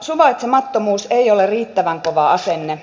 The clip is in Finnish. suvaitsemattomuus ei ole riittävän kova asenne